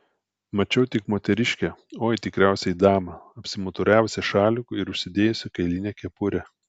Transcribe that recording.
mačiau tik moteriškę oi tikriausiai damą apsimuturiavusią šaliku ir užsidėjusią kailinę kepurę